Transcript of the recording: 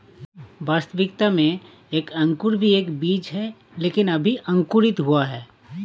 वास्तविकता में एक अंकुर भी एक बीज है लेकिन अभी अंकुरित हुआ है